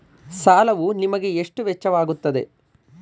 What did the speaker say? ಸಾಲವು ನಿಮಗೆ ಎಷ್ಟು ವೆಚ್ಚವಾಗುತ್ತದೆ?